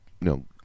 no